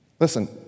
Listen